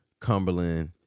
Cumberland